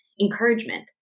encouragement